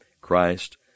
Christ